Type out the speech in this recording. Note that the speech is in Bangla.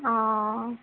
ও